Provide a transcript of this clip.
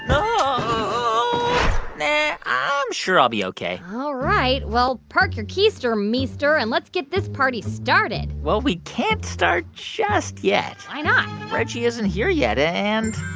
no nah, i'm sure i'll be ok all right. well, park your keister, meester, and let's get this party started well, we can't start just yet why not? reggie isn't here yet. and.